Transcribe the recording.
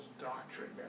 doctrine